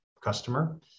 customer